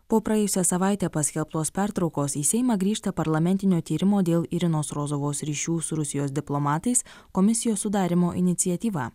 po praėjusią savaitę paskelbtos pertraukos į seimą grįžta parlamentinio tyrimo dėl irinos rozovos ryšių su rusijos diplomatais komisijos sudarymo iniciatyva